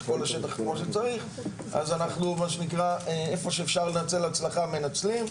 כל השטח כמו שצריך אז אנחנו מה שנקרא איפה שאפשר לנצל הצלחה מנצלים,